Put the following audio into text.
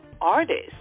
artists